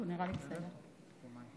בימים